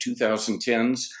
2010s